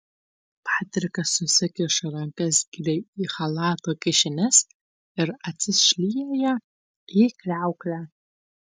patrikas susikiša rankas giliai į chalato kišenes ir atsišlieja į kriauklę